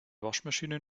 waschmaschine